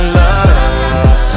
love